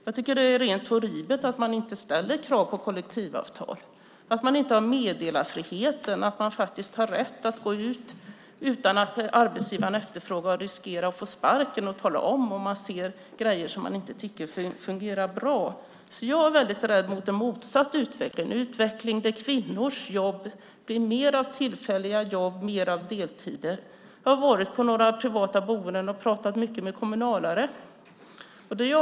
Jag tycker att det är rent horribelt att det inte ställs krav på kollektivavtal och att man inte har meddelarfriheten, som innebär att man faktiskt har rätt att, utan att arbetsgivaren får efterforska och utan att man riskerar att få sparken, gå ut och tala om ifall man ser grejer som man inte tycker fungerar bra. Jag är väldigt rädd för en motsatt utveckling, en utveckling där kvinnors jobb blir mer av tillfälliga jobb, mer av deltider. Jag har varit på några privata boenden och pratat mycket med kommunalare.